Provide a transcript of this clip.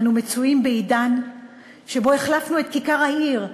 אנו מצויים בעידן שבו החלפנו את כיכר העיר,